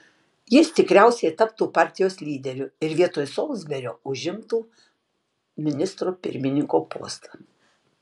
jis tikriausiai taptų partijos lyderiu ir vietoj solsberio užimtų ministro pirmininko postą